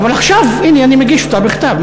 אבל עכשיו, הנה, אני מגיש אותה בכתב.